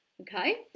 okay